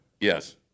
Yes